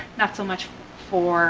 not so much for